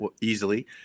easily